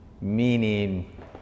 meaning